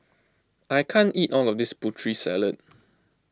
I can't eat all of this Putri Salad